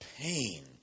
pain